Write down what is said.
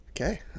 Okay